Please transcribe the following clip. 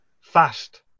fast